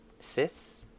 Siths